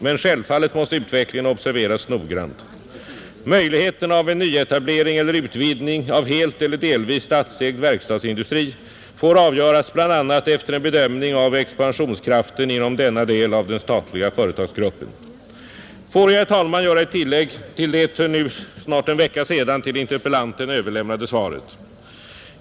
Men självfallet måste utvecklingen observeras noggrant. Möjligheten av en nyetablering eller utvidgning av helt eller delvis statsägd verkstadsindustri får avgöras bl.a. efter en bedömning av expansionskraften inom denna del av den statliga företagsgruppen. Får jag, herr talman, göra ett tillägg till det nu för snart en vecka sedan till interpellanten överlämnade svaret.